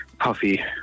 puffy